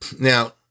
Now